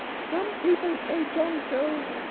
some people say john doe,